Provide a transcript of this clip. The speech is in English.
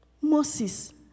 Moses